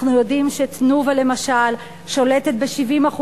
אנחנו יודעים ש"תנובה" למשל שולטת ב-70%